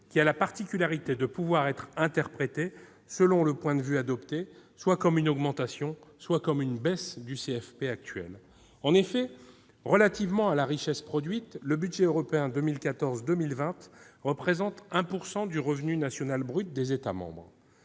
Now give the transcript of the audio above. qui a la particularité de pouvoir être interprétée, selon le point de vue que l'on adopte, soit comme une augmentation, soit comme une baisse par rapport au CFP actuel ... En effet, relativement à la richesse produite, le budget européen 2014-2020 représente 1 % du revenu national brut des États membres,